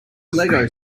lego